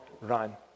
run